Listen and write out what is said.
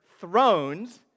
thrones